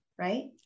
Right